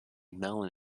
melon